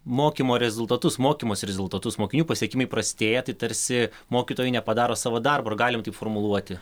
mokymo rezultatus mokymosi rezultatus mokinių pasiekimai prastėja tai tarsi mokytojai nepadaro savo darbo ar galim taip formuluoti